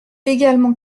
également